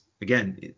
again